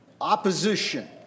Opposition